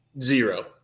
Zero